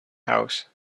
house